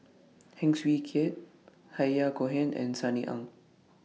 Heng Swee Keat Yahya Cohen and Sunny Ang